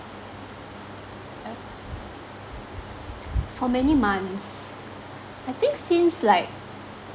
eh for many months I think since like